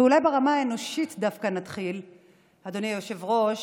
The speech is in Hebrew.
ואולי נתחיל ברמה האנושית דווקא, אדוני היושב-ראש.